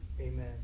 amen